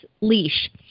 leash